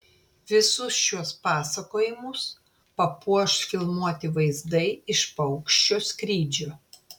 visus šiuos pasakojimus papuoš filmuoti vaizdai iš paukščio skrydžio